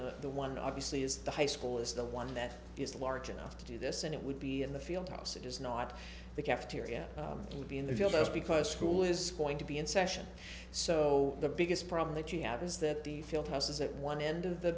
that the one obviously is the high school is the one that is large enough to do this and it would be in the field house it is not the cafeteria to be in the field that's because school is going to be in session so the biggest problem that you have is that the field houses at one end of the